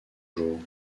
jours